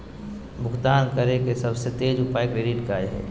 भुगतान करे के सबसे तेज उपाय क्रेडिट कार्ड हइ